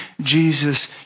Jesus